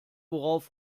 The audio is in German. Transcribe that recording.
worauf